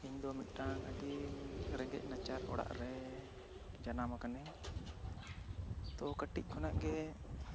ᱤᱧ ᱫᱚ ᱢᱤᱫᱴᱟᱝ ᱟᱹᱰᱤ ᱨᱮᱸᱜᱮᱡ ᱱᱟᱪᱟᱨ ᱚᱲᱟᱜ ᱨᱮ ᱡᱟᱱᱟᱢ ᱟᱠᱟᱱᱟᱹᱧ ᱛᱚ ᱠᱟᱹᱴᱤᱡ ᱠᱷᱚᱱᱟᱜ ᱜᱮ ᱟᱹᱰᱤ